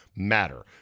matter